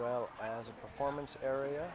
well as a performance area